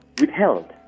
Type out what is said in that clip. withheld